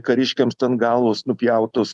kariškiams ten galvos nupjautos